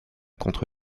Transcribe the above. contre